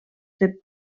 per